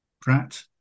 Pratt